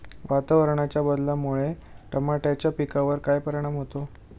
वातावरणाच्या बदलामुळे टमाट्याच्या पिकावर काय परिणाम होतो?